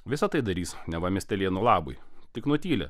visa tai darys neva miestelėnų labui tik nutyli